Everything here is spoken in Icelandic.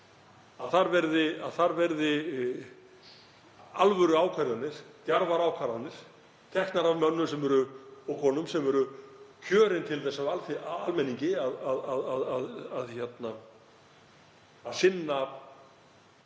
Að þar verði alvöruákvarðanir, djarfar ákvarðanir, teknar af mönnum og konum sem kjörin eru til þess af almenningi að sinna